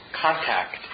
contact